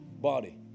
body